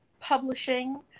publishing